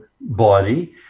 body